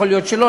יכול להיות שלא.